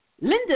Linda